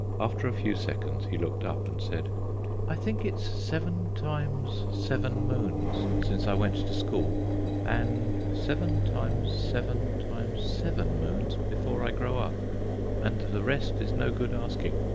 after a few seconds he looked up and said i think it's seven times seven moons since i went to school and seven times seven times seven moons before i grow up and the rest is no good asking.